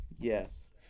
Yes